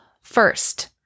First